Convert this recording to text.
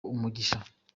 umugisha